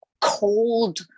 cold